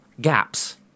gaps